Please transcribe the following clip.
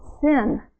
sin